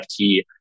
NFT